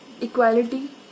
equality